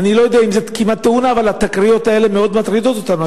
אני לא יודע אם זה כמעט-תאונה אבל התקריות האלה מאוד מטרידות אותנו.